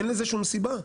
אין לזה שום סיבה.